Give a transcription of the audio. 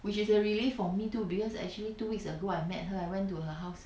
which is a relief for me too because actually two weeks ago I met her I went to her house